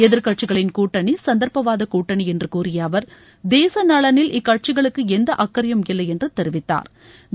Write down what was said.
எதிர்க்கட்சிகளின் கூட்டணி சந்தர்ப்பவாத கூட்டணி என்று கூறிய அவர் தேச நலனில் இக்கட்சிகளுக்கு எந்த அக்கறையும் இல்லை என்று தெரிவித்தாா்